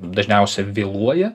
dažniausia vėluoja